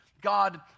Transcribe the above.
God